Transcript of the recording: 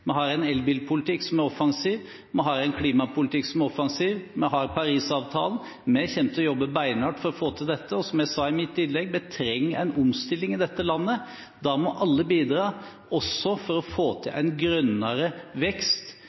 Vi har en elbilpolitikk som er offensiv, vi har en klimapolitikk som er offensiv, vi har Parisavtalen. Vi kommer til å jobbe beinhardt for å få til dette. Og som jeg sa i mitt innlegg: Vi trenger en omstilling i dette landet, og da må alle bidra, også for å få til en grønnere vekst